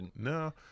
No